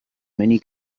many